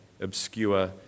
obscure